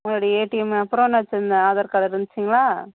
உங்களோட ஏடிஎம்மு அப்பறம் என்ன வச்சிருந்தே ஆதார் கார்டு இருந்துச்சுங்களா